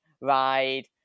ride